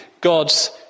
God's